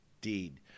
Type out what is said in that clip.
deed